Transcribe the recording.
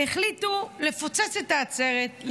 החליטו לפוצץ את העצרת,